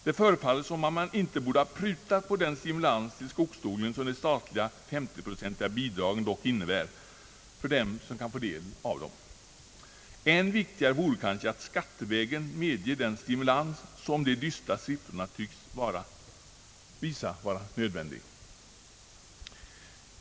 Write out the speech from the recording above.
Det förefaller som om man inte borde ha prutat på den stimulans till skogsodling som de statliga 50-procentiga bidragen dock innebär för dem som kan få del därav. Än viktigare vore kanske att skattevägen medge den stimulans som de dystra siffrorna tycks visa är nödvändig.